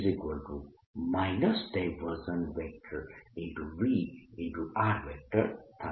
V થાય